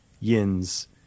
yins